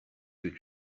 que